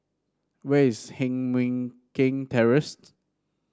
where is Heng Mui Keng Terrace